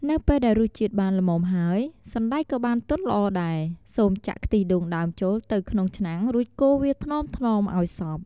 នៅពេលដែលរសជាតិបានល្មមហើយ សណ្ដែកក៏បានទន់ល្អដែរ សូមចាក់ ខ្ទិះដូងដើមចូលទៅក្នុងឆ្នាំង រួចកូរវាថ្នមៗឱ្យសព្វ។